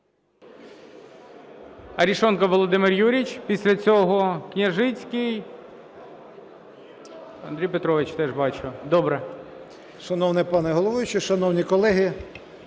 Шановний пане Голово, шановні колеги!